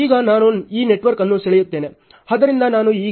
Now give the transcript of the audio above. ಆದ್ದರಿಂದ ನಾನು ಹೇಗೆ ಮಾಡುವುದು